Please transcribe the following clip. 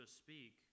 speak